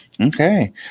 Okay